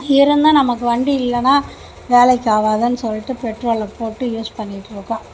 இருந்தும் நமக்கு வண்டி இல்லைனா வேலைக்கு ஆகாதுனு சொல்லிட்டு பெட்ரோலை போட்டு யூஸ் பண்ணிகிட்டு இருக்கோம்